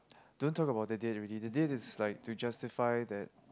don't talk about that date already that date is like to justify that